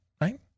right